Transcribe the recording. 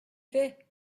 vais